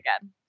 again